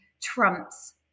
trumps